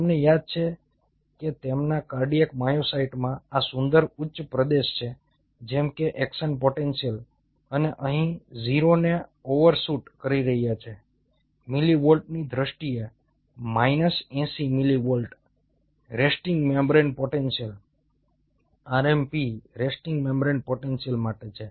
તમને યાદ છે કે તેમના કાર્ડિયાક માયોસાઇટ્સમાં આ સુંદર ઉચ્ચપ્રદેશ છે જેમ કે એક્શન પોટેન્શિયલ અને અહીં 0 ને ઓવરશૂટ કરી રહ્યા છે મિલિવોલ્ટની દ્રષ્ટિએ minus 80 millivolt resting membrane potential rmp resting membrane potential માટે છે